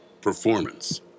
performance